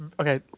Okay